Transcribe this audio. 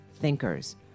thinkers